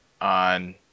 on